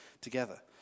together